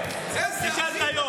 איזה אחים אתם,